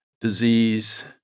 disease